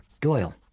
Doyle